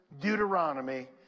deuteronomy